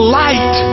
light